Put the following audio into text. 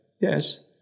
yes